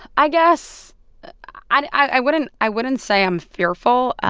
i guess i wouldn't i wouldn't say i'm fearful.